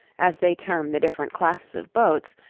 as they term the different classes of boats,